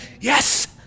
Yes